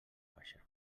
baixa